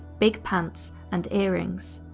big pants and earrings.